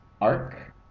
arc